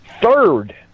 Third